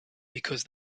because